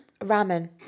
ramen